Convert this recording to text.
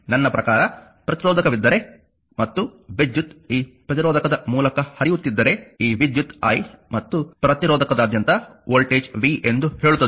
ನನ್ನ ಪ್ರಕಾರ ಪ್ರತಿರೋಧಕವಿದ್ದರೆ ಮತ್ತು ವಿದ್ಯುತ್ ಈ ಪ್ರತಿರೋಧಕದ ಮೂಲಕ ಹರಿಯುತ್ತಿದ್ದರೆ ಈ ವಿದ್ಯುತ್ i ಮತ್ತು ಪ್ರತಿರೋಧಕದಾದ್ಯಂತ ವೋಲ್ಟೇಜ್ v ಎಂದು ಹೇಳುತ್ತದೆ